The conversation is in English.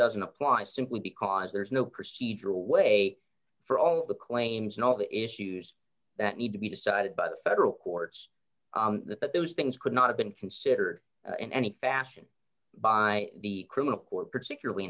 doesn't apply simply because there is no procedural way for all the claims no issues that need to be decided by the federal courts but those things could not have been considered in any fashion by the criminal court particularly